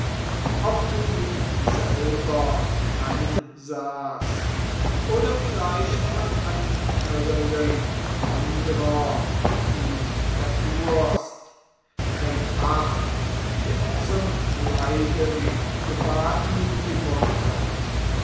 ob du ihn selber ansahst oder vielleicht von einem irrenden wandrer ihn erfuhrst denn ach zum leiden gebar ihn die mutter